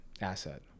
asset